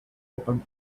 opened